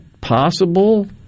possible